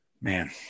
Man